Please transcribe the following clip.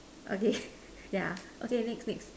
okay yeah okay next next